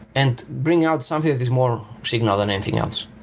and bring out something that is more signal than anything else.